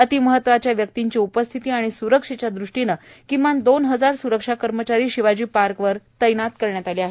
अती महत्वाच्या व्यक्तिंची उपस्थिती आणि स्रक्षेच्या दृष्टीनं किमान दोन हजार स्रक्षा कर्मचारी शिवाजी पार्कवर तैनात करण्यात आले आहेत